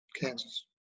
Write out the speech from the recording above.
Kansas